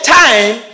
time